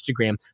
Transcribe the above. Instagram